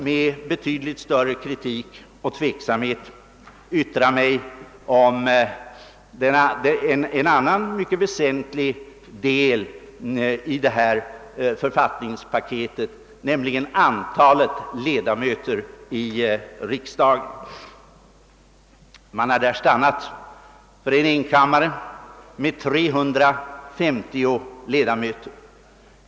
Med betydligt större kritik skall jag yttra mig när det gäller en annan mycket väsentlig del av författningspaketet. Den avser antalet ledamöter i riksdagen. Man har där stannat för en enkammare med 350 ledamöter.